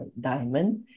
Diamond